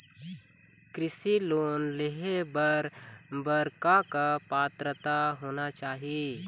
कृषि लोन ले बर बर का का पात्रता होना चाही?